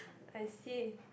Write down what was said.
I see